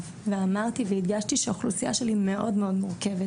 ואני אמרתי והדגשתי שהאוכלוסייה שלי מאוד מאוד מורכבת